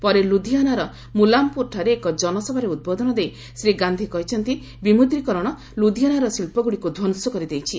ପରେ ଲୁଧିଆନାର ମୁଲାମପୁରଠାରେ ଏକ ଜନସଭାରେ ଉଦ୍ବୋଧନ ଦେଇ ଶ୍ରୀ ଗାନ୍ଧି କହିଛନ୍ତି ବିମୁଦ୍ରିକରଣ ଲୁଧିଆନାର ଶିଳ୍ପଗୁଡ଼ିକୁ ଧ୍ୱଂସ କରିଦେଇଛି